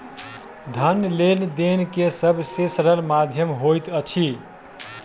धन लेन देन के सब से सरल माध्यम होइत अछि